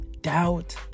doubt